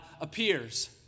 appears